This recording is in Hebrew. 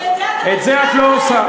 את זה את לא עושה.